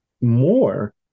more